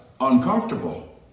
uncomfortable